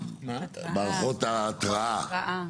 מערכות ההתראה.